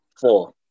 four